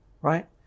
right